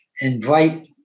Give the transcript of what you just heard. invite